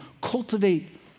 Cultivate